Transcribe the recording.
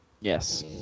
Yes